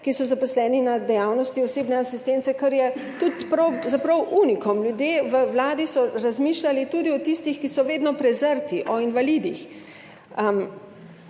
ki so zaposleni na dejavnosti osebne asistence, kar je tudi pravzaprav unikum. Ljudje v vladi so razmišljali tudi o tistih, ki so vedno prezrti, o invalidih